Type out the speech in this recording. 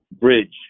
bridge